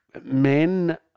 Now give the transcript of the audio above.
Men